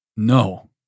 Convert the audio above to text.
No